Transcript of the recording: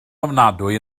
ofnadwy